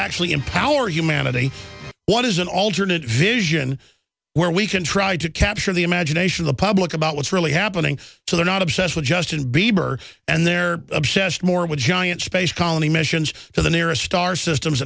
actually empower humanity what is an alternate vision where we can try to capture the imagination the public about what's really happening so they're not obsessed with justin bieber and they're obsessed more with giant space colony missions to the nearest star systems